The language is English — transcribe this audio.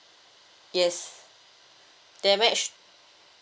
yes damage